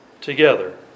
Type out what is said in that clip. together